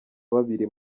babiri